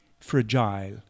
fragile